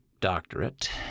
doctorate